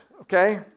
Okay